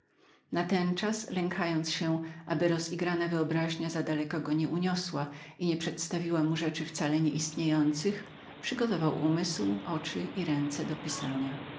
na ostatnie skrzydło budynku natenczas lękając się aby rozigrana wyobraźnia za daleko go nie uniosła i nie przedstawiła mu rzeczy wcale nie istniejących przygotował umysł oczy i ręce do pisania